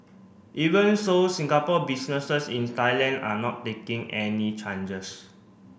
even so Singapore businesses in Thailand are not taking any changes